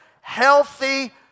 healthy